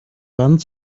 wand